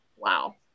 wow